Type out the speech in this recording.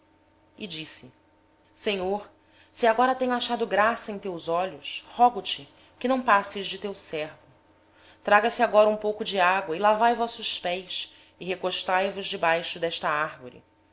e disse meu senhor se agora tenho achado graça aos teus olhos rogo-te que não passes de teu servo eia traga se um pouco d água e lavai os pés e recostai vos debaixo da árvore